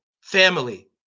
family